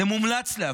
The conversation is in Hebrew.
זה מומלץ להפגין,